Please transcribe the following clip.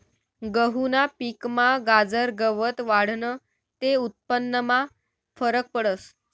गहूना पिकमा गाजर गवत वाढनं ते उत्पन्नमा फरक पडस